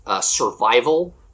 survival